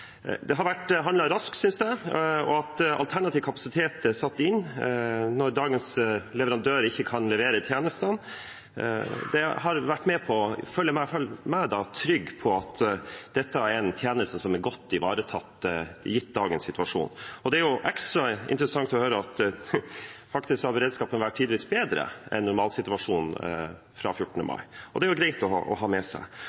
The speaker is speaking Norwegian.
det har vært handlet raskt. Det at alternativ kapasitet er satt inn når dagens leverandør ikke kan levere tjenestene, har vært med på å gjøre meg trygg på at dette er en tjeneste som er godt ivaretatt, gitt dagens situasjon. Det er ekstra interessant å høre at beredskapen tidvis faktisk har vært bedre enn normalsituasjonen, fra 14. mai. Det er jo greit å ha med seg.